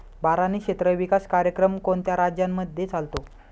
बारानी क्षेत्र विकास कार्यक्रम कोणत्या राज्यांमध्ये चालतो?